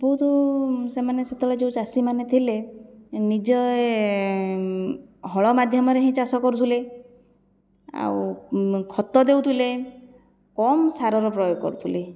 ବହୁତ ସେମାନେ ସେତେବେଳେ ଯେଉଁ ଚାଷୀମାନେ ଥିଲେ ନିଜେ ହଳ ମାଧ୍ୟମରେ ହିଁ ଚାଷ କରୁଥିଲେ ଆଉ ଖତ ଦେଉଥିଲେ କମ୍ ସାର ର ପ୍ରୟୋଗ କରୁଥିଲେ